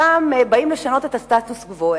שם באים לשנות את הסטטוס-קוו.